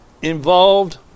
involved